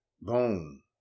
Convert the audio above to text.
Boom